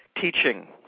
teaching